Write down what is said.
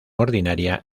ordinaria